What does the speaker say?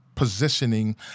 Positioning